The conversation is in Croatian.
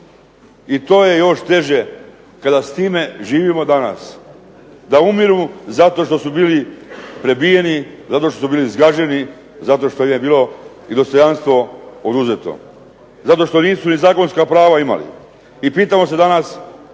I to je još teže kada s time živimo danas, da umiru zato što su bili prebijeni, zato što su bili zgaženi, zato što im je bilo dostojanstvo oduzeto, zato što nisu i zakonska prava imali. I pitamo se danas